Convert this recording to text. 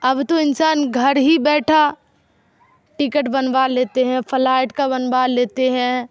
اب تو انسان گھر ہی بیٹھا ٹکٹ بنوا لیتے ہیں فلائٹ کا بنوا لیتے ہیں